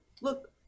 Look